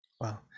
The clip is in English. Wow